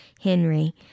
Henry